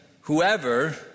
Whoever